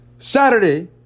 Saturday